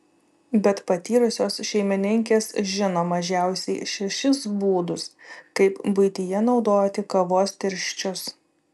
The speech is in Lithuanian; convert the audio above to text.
bet patyrusios šeimininkės žino mažiausiai šešis būdus kaip buityje naudoti kavos tirščius